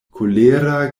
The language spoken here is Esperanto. kolera